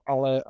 Ale